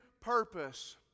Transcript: purpose